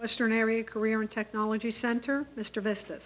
western area career and technology center mr vest